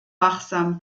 wachsam